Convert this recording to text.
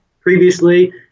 previously